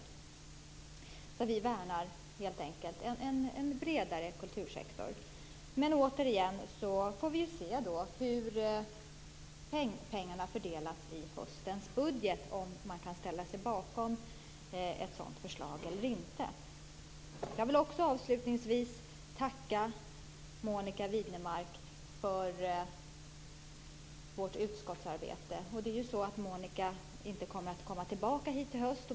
Vänsterpartiet värnar helt enkelt en bredare kultursektor. Men återigen får jag säga att vi får se hur pengarna fördelas i höstens budget och om man kan ställa sig bakom ett sådant förslag eller inte. Avslutningsvis vill jag tacka Monica Widnemark för vårt utskottsarbete. Monica kommer inte tillbaka hit i höst.